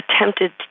attempted